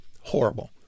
horrible